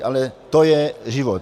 Ale to je život.